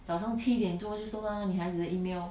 早上七点多就收到了那女孩子的 email